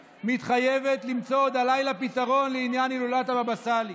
מתחייבת למצוא עוד הלילה פתרון לעניין הילולת הבבא סאלי.